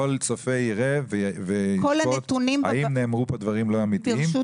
כל צופה יראה וישפוט האם נאמרו פה דברים לא אמיתיים.